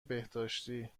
بهداشتی